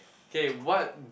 K what